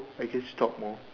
I just talked more